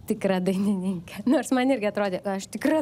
tikra dainininkė nors man irgi atrodė aš tikra